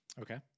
Okay